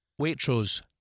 Waitrose